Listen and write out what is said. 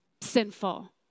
sinful